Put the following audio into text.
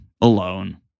alone